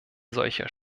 solcher